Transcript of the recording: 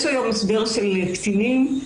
יש היום הסדר לגבי קטינים,